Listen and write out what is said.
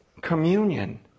communion